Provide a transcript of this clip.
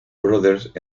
brothers